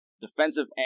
defensive